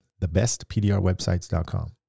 thebestpdrwebsites.com